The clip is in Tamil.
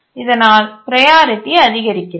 இதனால் ப்ரையாரிட்டி அதிகரிக்கிறது